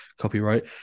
copyright